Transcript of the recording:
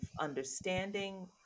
understanding